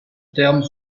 terme